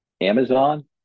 Amazon